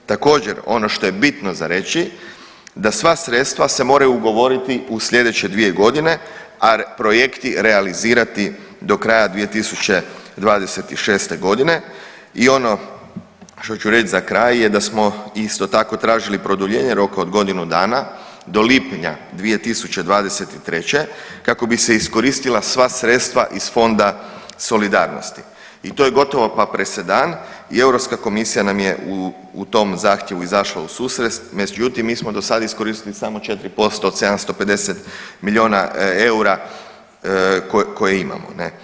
Također ono što je bitno za reći da sva sredstva se moraju ugovoriti u slijedeće 2.g., a projekti realizirati do kraja 2026.g. i ono što ću reć za kraj je da smo isto tako tražili produljenje roka od godinu dana do lipnja 2023. kako bi se iskoristila sva sredstva iz Fonda solidarnosti i to je gotovo pa presedan i Europska komisija nam je u tom zahtjevu izašla u susret, međutim mi smo dosad iskoristili samo 4% od 750 milijuna eura koje imamo ne.